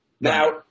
Now